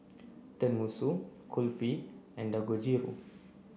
Tenmusu Kulfi and Dangojiru